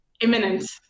imminent